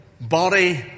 body